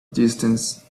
distance